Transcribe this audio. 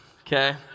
okay